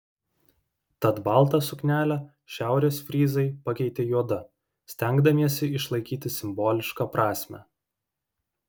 tad baltą suknelę šiaurės fryzai pakeitė juoda stengdamiesi išlaikyti simbolišką prasmę